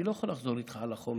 אני לא יכול לחזור איתך על החומר,